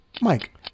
mike